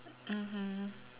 mmhmm